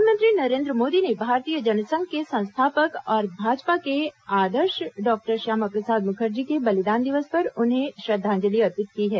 प्रधानमंत्री नरेंद्र मोदी ने भारतीय जनसंघ के संस्थापक और भाजपा के आदर्श डॉक्टर श्यामा प्रसाद मुखर्जी के बलिदान दिवस पर उन्हें श्रद्वांजलि अर्पित की है